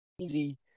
Easy